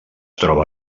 troba